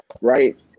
right